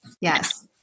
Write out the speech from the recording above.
Yes